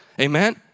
Amen